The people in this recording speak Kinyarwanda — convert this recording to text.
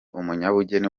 umunyabugeni